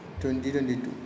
2022